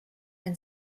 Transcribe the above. and